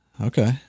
Okay